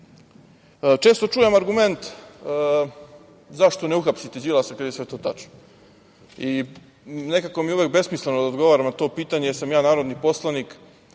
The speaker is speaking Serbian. Đilas. Često čujem argument zašto ne uhapsite Đilasa kada je sve to tačno. Nekako mi je uvek besmisleno da odgovaram na to pitanje, jer sam ja narodni poslanik